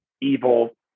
evil